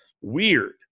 Weird